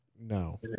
No